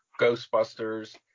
Ghostbusters